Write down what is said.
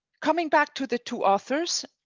coming back to the two authors.